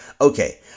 Okay